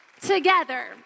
together